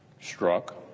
struck